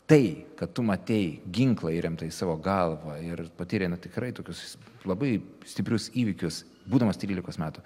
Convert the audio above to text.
tai kad tu matei ginklą įremtą į savo galvą ir patyrei na tikrai tokius labai stiprius įvykius būdamas trylikos metų